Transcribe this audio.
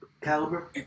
caliber